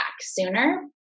sooner